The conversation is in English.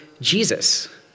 Jesus